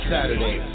Saturday